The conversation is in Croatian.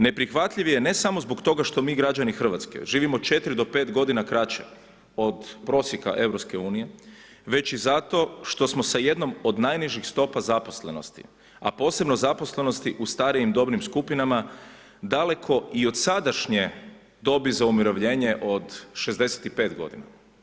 Neprihvatljiv je ne samo zbog toga što mi građani Hrvatske živimo 4 do 5 godina kraće od prosjeka Europske unije, već i zato što smo sa jednom od najnižih stopa zaposlenosti, a posebno zaposlenosti u starijim dobnim skupinama daleko i od sadašnje dobi za umirovljenje od 65 godina.